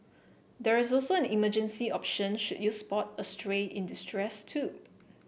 there's also an emergency option should you spot a stray in distress too